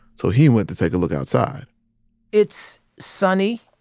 so he went to take a look outside it's sunny.